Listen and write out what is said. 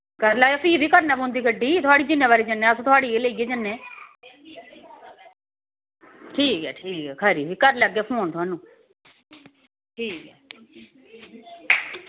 करी लैयो फ्ही बी करनीं पौंदी गड्डी जिन्नें बारी बी जन्नें थुआढ़ी गै लेइयै जन्नें ठीक ऐ ठीक ऐ फिर करी लैगे फोन तोआनू ठीक ऐ